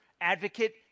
advocate